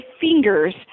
fingers